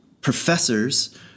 professors